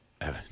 Evan